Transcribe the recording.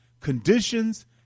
conditions